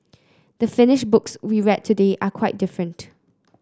the finished books we read today are quite different